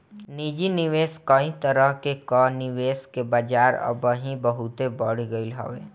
निजी निवेश कई तरह कअ निवेश के बाजार अबही बहुते बढ़ गईल हवे